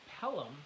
Pelham